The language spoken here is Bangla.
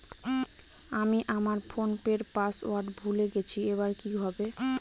আমি আমার ফোনপের পাসওয়ার্ড ভুলে গেছি এবার কি হবে?